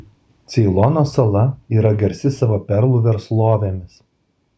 ceilono sala yra garsi savo perlų verslovėmis